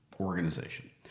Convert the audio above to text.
organization